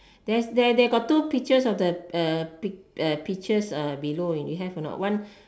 there's there they got two pictures of the uh pic~ uh pictures below you have or not one